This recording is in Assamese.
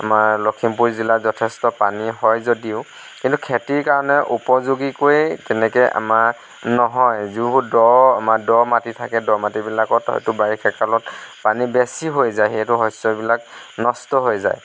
আমাৰ লখিমপুৰ জিলাত যথেষ্ট পানী হয় যদিও কিন্তু খেতিৰ কাৰণে উপযোগীকৈ তেনেকৈ আমাৰ নহয় যিবোৰ দ আমাৰ দ মাটি থাকে দ মাটিবিলাকত হয়তো বাৰিষা কালত পানী বেছি হৈ যায় সেই হেতু শস্যবিলাক নষ্ট হৈ যায়